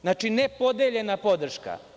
Znači, nepodeljena podršaka.